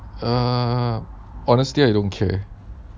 err honestly I don't care